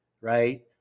right